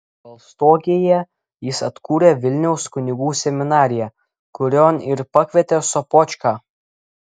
balstogėje jis atkūrė vilniaus kunigų seminariją kurion ir pakvietė sopočką